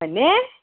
হয়নে